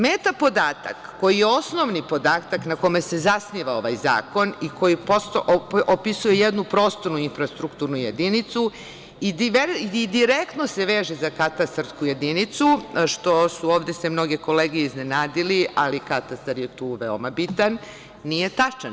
Metapodatak, koji je osnovni podatak na kome se zasniva ovaj zakon, i koji opisuje jednu prostornu infrastrukturnu jedinicu i direktno se veže za katastarsku jedinicu, što su se mnoge kolege iznenadile, ali Katastar je tu veoma bitan, nije tačan.